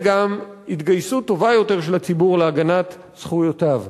גם התגייסות טובה יותר של הציבור להגנת זכויותיו.